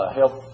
help